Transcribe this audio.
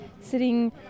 sitting